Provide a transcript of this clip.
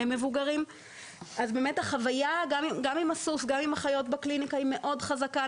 החוויה עם הסוס והחיות בקליניקה היא מאוד חזקה,